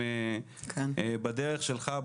כאשר בדרך שלך,